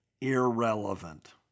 irrelevant